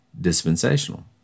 dispensational